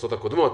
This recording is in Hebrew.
בכנסות הקודמות,